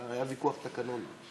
היה ויכוח תקנוני.